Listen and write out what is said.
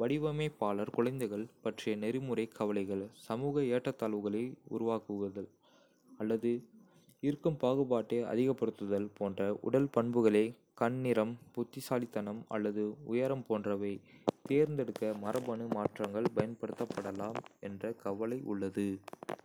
"வடிவமைப்பாளர் குழந்தைகள் பற்றிய நெறிமுறைக் கவலைகள்: சமூக ஏற்றத்தாழ்வுகளை உருவாக்குதல் அல்லது இருக்கும் பாகுபாட்டை அதிகப்படுத்துதல் போன்ற உடல் பண்புகளை கண் நிறம், புத்திசாலித்தனம் அல்லது உயரம் போன்றவை தேர்ந்தெடுக்க மரபணு மாற்றங்கள் பயன்படுத்தப்படலாம் என்ற கவலை உள்ளது.